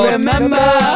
remember